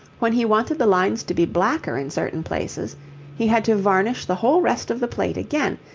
when he wanted the lines to be blacker in certain places he had to varnish the whole rest of the plate again,